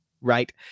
right